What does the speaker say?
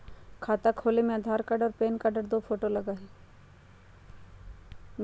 खाता खोले में आधार कार्ड और पेन कार्ड और दो फोटो लगहई?